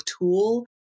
tool